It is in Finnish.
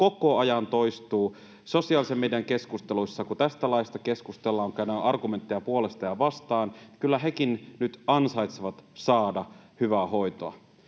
koko ajan toistuu sosiaalisen median keskusteluissa, kun tästä laista keskustellaan, kun käydään argumentteja puolesta ja vastaan, että kyllä hekin nyt ansaitsevat saada hyvää hoitoa.